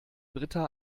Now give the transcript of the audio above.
britta